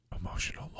emotional